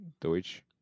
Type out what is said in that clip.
Deutsch